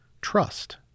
trust